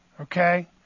okay